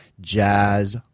jazz